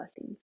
blessings